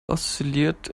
oszilliert